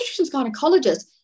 gynecologists